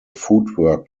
footwork